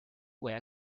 were